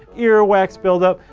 earwax buildup,